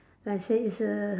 like I said is a